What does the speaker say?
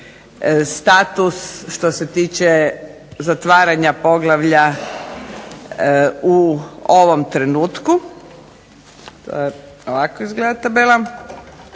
status što se tiče poglavlja u ovom trenutku.